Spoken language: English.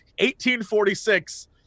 1846